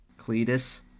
Cletus